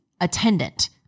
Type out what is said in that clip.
attendant